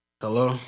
Hello